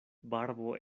barbo